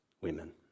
women